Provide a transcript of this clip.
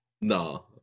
no